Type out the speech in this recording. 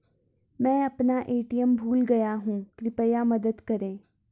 मैं अपना ए.टी.एम भूल गया हूँ, कृपया मदद करें